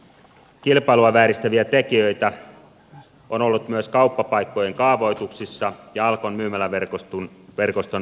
kilpailua vääristäviä tekijöitä on ollut myös kauppapaikkojen kaavoituksissa ja alkon myymäläverkoston sijoittumisessa